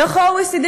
דוח ה-OECD,